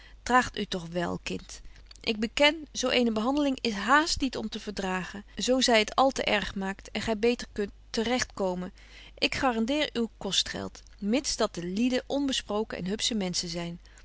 draag u toch wél kind ik beken zo eene behandeling is haast niet om te verdragen zo zy het al te erg maakt en gy beter kunt te recht komen ik guarandeer uw kostgeld mids dat de lieden onbesproken en hupsche menschen zyn